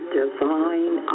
divine